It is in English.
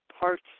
parts